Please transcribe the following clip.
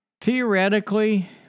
Theoretically